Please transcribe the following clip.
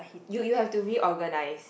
you you have to reorganise